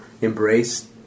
embrace